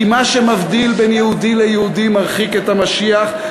כי מה שמבדיל בין יהודי ליהודי מרחיק את המשיח,